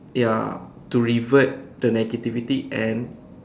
ya to revert the negativity and